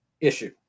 issue